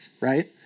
right